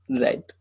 Right